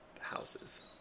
houses